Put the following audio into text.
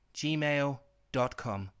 gmail.com